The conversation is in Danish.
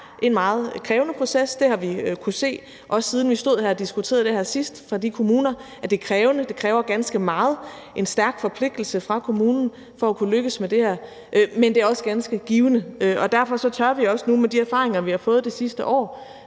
en meget krævende proces. Det har vi kunnet se, også siden vi stod her og diskuterede det sidst. For de kommuner er det krævende. Det kræver ganske meget, nemlig en stærk forpligtelse fra kommunen, for at kunne lykkes med det her. Men det er også ganske givende. Derfor tør vi også nu med de erfaringer, vi har fået det sidste år,